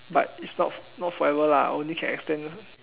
but it's not not forever lah only can extend